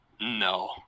no